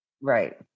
Right